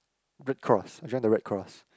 red cross I join the red cross